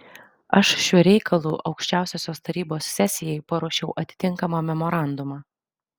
aš šiuo reikalu aukščiausiosios tarybos sesijai paruošiau atitinkamą memorandumą